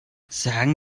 sagen